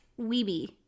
Weeby